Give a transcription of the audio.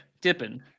dipping